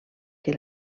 que